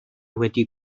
wedi